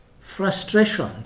frustration